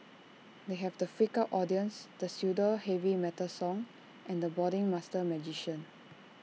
they have the freaked out audience the pseudo heavy metal song and the brooding master magician